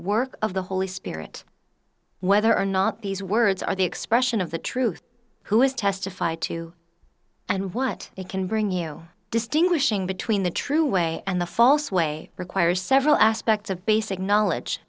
work of the holy spirit whether or not these words are the expression of the truth who is testified to and what it can bring you distinguishing between the true way and the false way requires several aspects of basic knowledge